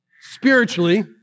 spiritually